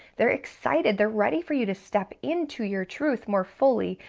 they're excited, they're ready for you to step into your truth more fully,